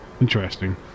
interesting